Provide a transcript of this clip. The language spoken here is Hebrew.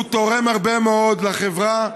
תורם הרבה מאוד לחברה,